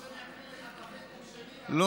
אילטוב,